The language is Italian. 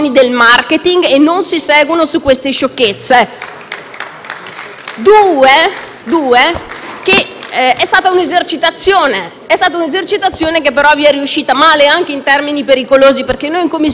è che è stata un'esercitazione che però vi è riuscita male e anche in termini pericolosi. Noi, infatti, in Commissione finanze abbiamo visto